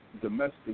domestic